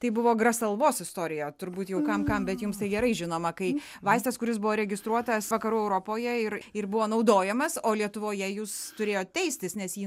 tai buvo grasalvos istorija turbūt jau kam kam bet jums tai gerai žinoma kai vaistas kuris buvo registruotas vakarų europoje ir ir buvo naudojamas o lietuvoje jūs turėjot teistis nes jį